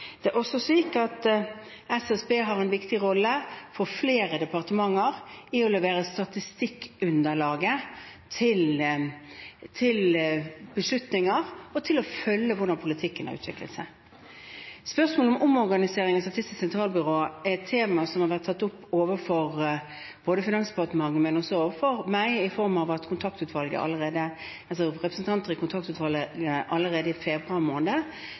Det er også slik at SSB har en viktig rolle for flere departementer i å levere statistikkunderlaget til beslutninger og til å følge hvordan politikken har utviklet seg. Spørsmålet om organiseringen i Statistisk sentralbyrå er et tema som har vært tatt opp overfor både Finansdepartementet og meg, i form av at representanter i kontaktutvalget allerede i februar måned